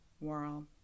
world